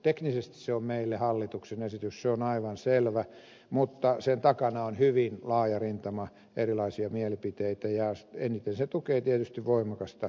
teknisesti se on meille hallituksen esitys se on aivan selvä mutta sen takana on hyvin laaja rintama erilaisia mielipiteitä ja eniten se tukee tietysti voimakasta keskustelua